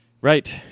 Right